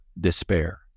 despair